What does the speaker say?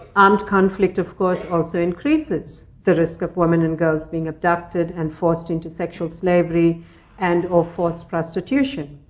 armed conflict, of course, also increases the risk of women and girls being abducted and forced into sexual slavery and or forced prostitution.